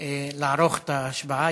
לערוך את ההצבעה.